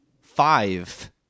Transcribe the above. five